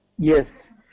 Yes